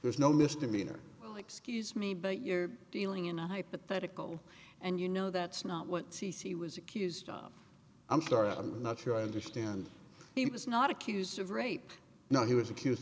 there's no misdemeanor excuse me but you're dealing in a hypothetical and you know that's not what c c was accused of i'm sorry i'm not sure i understand he was not accused of rape now he was accused